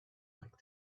like